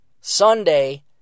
Sunday